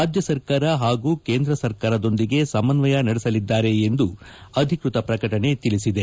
ರಾಜ್ಯ ಸರ್ಕಾರ ಹಾಗೂ ಕೇಂದ್ರ ಸರ್ಕಾರದೊಂದಿಗೆ ಸಮನ್ವಯ ನಡೆಸಲಿದ್ದಾರೆ ಎಂದು ಅಧಿಕೃತ ಪ್ರಕಟಣೆ ತಿಳಿಸಿದೆ